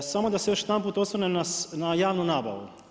Samo da se još jedanput osvrnem na javnu nabavu.